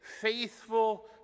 faithful